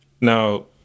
Now